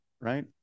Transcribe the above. right